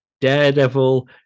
Daredevil